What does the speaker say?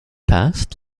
past